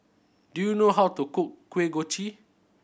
do you know how to cook Kuih Kochi